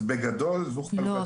אז בגדול --- לא,